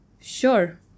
sure